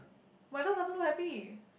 my dog doesn't look happy